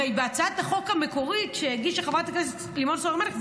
הרי בהצעת החוק המקורית שהגישה חברת הכנסת לימור סון הר מלך,